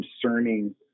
concerning